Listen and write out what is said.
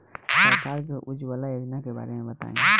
सरकार के उज्जवला योजना के बारे में बताईं?